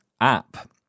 app